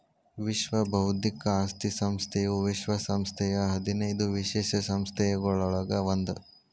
ವಿಶ್ವ ಬೌದ್ಧಿಕ ಆಸ್ತಿ ಸಂಸ್ಥೆಯು ವಿಶ್ವ ಸಂಸ್ಥೆಯ ಹದಿನೈದು ವಿಶೇಷ ಸಂಸ್ಥೆಗಳೊಳಗ ಒಂದ್